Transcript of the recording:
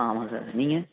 ஆ ஆமாம் சார் நீங்கள்